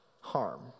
harm